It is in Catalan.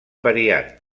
variant